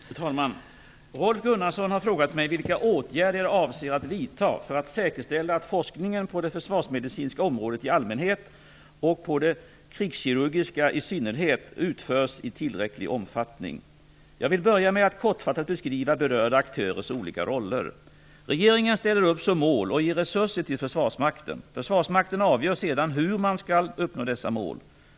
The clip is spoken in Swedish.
Fru talman! Rolf Gunnarsson har frågat mig vilka åtgärder jag avser att vidta för att säkerställa att forskningen på det försvarsmedicinska området i allmänhet och på det krigskirurgiska i synnerhet utförs i tillräcklig omfattning. Jag vill börja med att kortfattat beskriva berörda aktörers olika roller. Regeringen sätter upp mål och ger resurser till Försvarsmakten. Försvarsmakten avgör sedan hur man skall uppnå dessa mål.